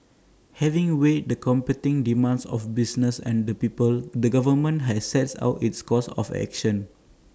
having weighed the competing demands of business and the people the government has set out its course of action